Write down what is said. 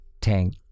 tank